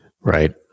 right